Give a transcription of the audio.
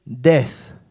death